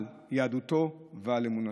על יהדותו ועל אמונתו.